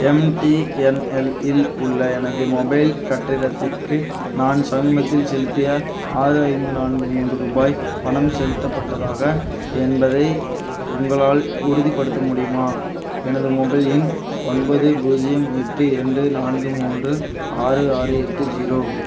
MTNL இல் உள்ள எனது மொபைல் கட்டணத்திற்கு நான் சமீபத்தில் செலுத்திய ஆறு ஐந்து நான்கு மூன்று ரூபாய் பணம் செலுத்தப்பட்டதா என்பதை உங்களால் உறுதிப்படுத்த முடியுமா எனது மொபைல் எண் ஒன்பது பூஜ்ஜியம் எட்டு இரண்டு நான்கு மூன்று ஆறு ஆறு எட்டு ஜீரோ